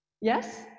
Yes